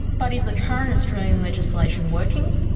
but is the current australian legislation working?